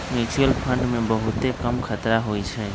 mutual fund मे बहुते कम खतरा होइ छइ